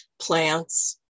plants